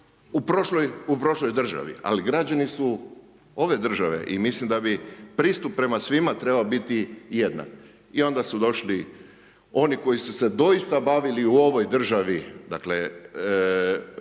u prošloj državi, ali građani su ove države i mislim da bi pristup prema svima trebao biti jednak. I onda su došli oni koji su se doista bavili u ovoj državi, dakle,